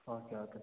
okay okay sir